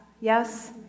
yes